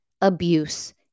abuse